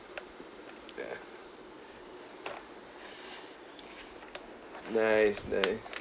ya nice nice